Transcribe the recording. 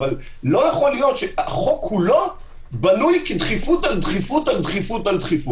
אבל לא יכול להיות שהחוק כולו בנוי מדחיפות על דחיפות על דחיפות.